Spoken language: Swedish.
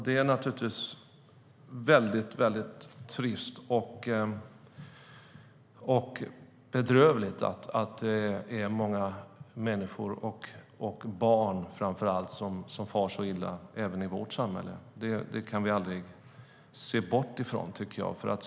Det är naturligtvis väldigt trist och bedrövligt att många människor, framför allt barn, far illa även i vårt samhälle. Det kan vi aldrig bortse från.